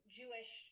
jewish